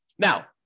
Now